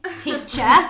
Teacher